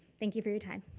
thank you for your time.